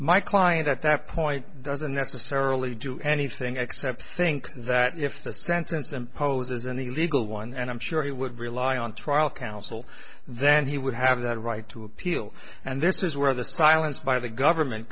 my client at that point doesn't necessarily do anything except think that if the sentence imposes an illegal one and i'm sure he would rely on trial counsel then he would have the right to appeal and this is where the silence by the government